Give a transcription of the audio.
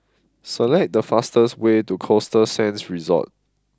select the fastest way to Costa Sands Resort